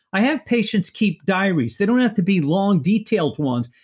i have patients keep diaries. they don't have to be long detailed ones,